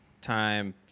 time